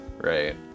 Right